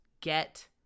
get